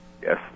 Yes